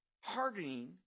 hardening